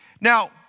Now